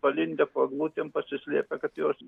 palindę po eglutėm pasislėpę kad juos